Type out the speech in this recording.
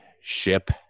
ship